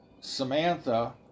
Samantha